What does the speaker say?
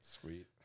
Sweet